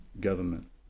government